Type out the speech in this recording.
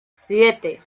siete